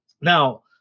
Now